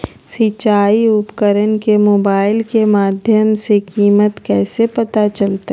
सिंचाई उपकरण के मोबाइल के माध्यम से कीमत कैसे पता चलतय?